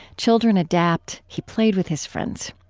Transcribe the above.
children adapt he played with his friends.